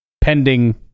pending